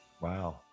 Wow